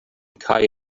kai